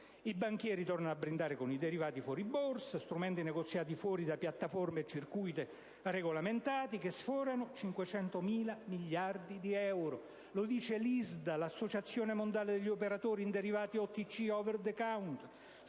I banchieri tornano a brindare con i derivati fuoriborsa, strumenti negoziati fuori da piattaforme e circuiti regolamentati, che sfiorano i 500.000 miliardi di euro. Lo dice l'ISDA, l'associazione mondiale degli operatori in derivati OTC (*over the counter*),